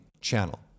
channel